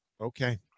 Okay